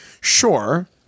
Sure